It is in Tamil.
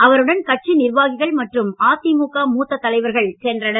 அவருடன் கட்சி நிர்வாகிகள் மற்றும் அதிமுக மூத்த தலைவர்கள் சென்றனர்